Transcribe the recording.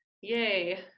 Yay